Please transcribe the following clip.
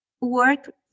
work